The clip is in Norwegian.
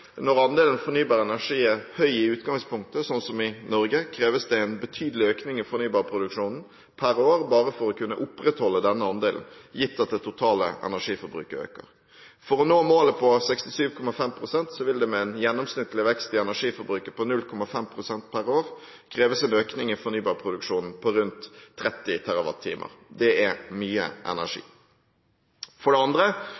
Når andelen av fornybar energi er høy i utgangspunktet, slik som i Norge, kreves det en betydelig økning i fornybarproduksjonen per år bare for å kunne opprettholde denne andelen, gitt at det totale energiforbruket øker. For å nå målet på 67,5 pst. vil det med en gjennomsnittlig vekst i energiforbruket på 0,5 pst. per år kreves en økning i fornybarproduksjonen på rundt 30 TWh. Dette er mye energi. For det andre: